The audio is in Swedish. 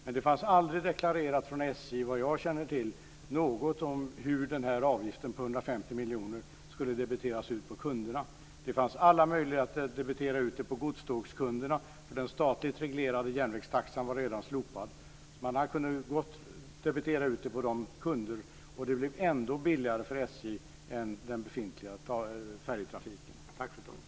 Men det var aldrig deklarerat från SJ, som jag känner till, något om hur avgiften på 150 miljoner skulle debiteras på kunderna. Det fanns alla möjligheter att debitera det på godstågskunderna, för den statligt reglerade järnvägstaxan var redan slopad. Man kunde gott ha debiterat det på kunderna. Det blev ändå billigare för SJ än den befintliga färjetrafiken.